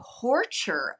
torture